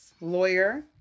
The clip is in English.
Lawyer